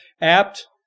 Apt